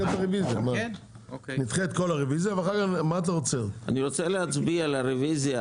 אני רוצה להצביע על הרביזיה,